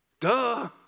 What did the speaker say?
duh